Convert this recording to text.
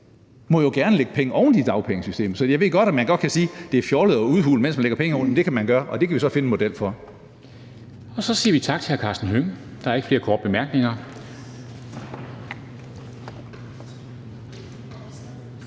må jo gerne lægge penge oven i dagpengesystemet; jeg ved godt, at man kan sige, at det er fjollet at udhule, mens man lægger penge oveni. Det kan man gøre, og det kan vi så finde en model for. Kl. 13:43 Formanden (Henrik Dam Kristensen): Så siger vi tak til hr. Karsten Hønge. Der er ikke flere korte bemærkninger.